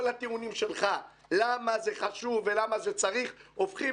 כל הטיעונים שלך למה זה חשוב ולמה זה צריך הופכים